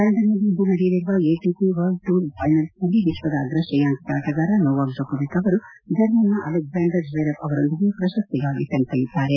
ಲಂಡನ್ನಲ್ಲಿ ಇಂದು ನಡೆಯಲಿರುವ ಎಟಿಪಿ ವರ್ಲ್ಸ್ ಟೂರ್ ಫೈನಲ್ಸ್ ನಲ್ಲಿ ವಿಶ್ವದ ಅಗ್ರ ತ್ರೇಯಾಂಕಿತ ಆಟಗಾರ ನೊವಾಕ್ ಜೋಕೋವಿಕ್ ಅವರು ಜರ್ಮನ್ನ ಅಲೆಕ್ಲಾಂಡರ್ ಚ್ವಿರೆವ್ ಅವರೊಂದಿಗೆ ಪ್ರಶಸ್ತಿಗಾಗಿ ಸೆಣಸಲಿದ್ದಾರೆ